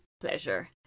pleasure